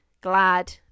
glad